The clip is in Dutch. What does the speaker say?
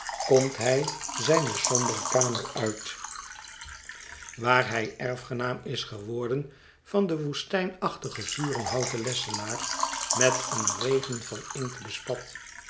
komt hij zijne sombere kamer uit waar hij erfgenaam is geworden van den woestijnachtigen vurenhouten lessenaar met een regen van inkt bespat